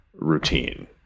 routine